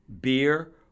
beer